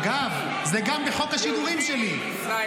אגב, זה גם בחוק השידורים שלי.